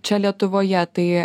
čia lietuvoje tai